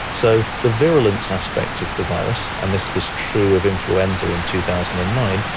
so the virulence aspect of the virus, and this was true of influenza in two thousand and nine,